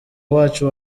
wacu